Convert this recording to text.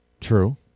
True